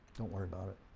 don't worry about it.